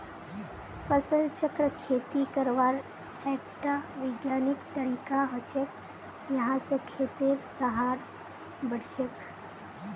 फसल चक्र खेती करवार एकटा विज्ञानिक तरीका हछेक यहा स खेतेर सहार बढ़छेक